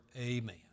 Amen